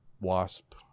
wasp